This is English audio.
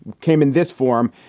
came in this form.